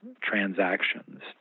transactions